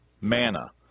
manna